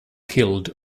killed